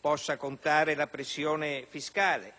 possa contare la pressione fiscale.